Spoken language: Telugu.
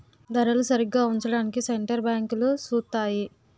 ధరలు సరిగా ఉంచడానికి సెంటర్ బ్యాంకులు సూత్తాయి